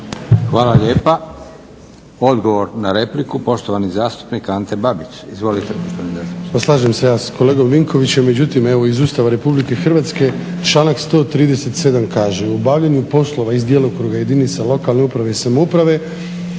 Hvala lijepa. Odgovor na repliku, poštovani zastupnik Ante Babić. Izvolite poštovani zastupniče. **Babić, Ante (HDZ)** Pa slažem se ja s kolegom Vinkovićem, međutim evo iz Ustava Republike Hrvatske, članak 137. kaže: " U obavljanju poslova iz djelokruga jedinica lokalne uprave i samouprave